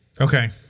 Okay